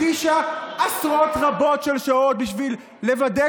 הקדישה עשרות רבות של שעות בשביל לוודא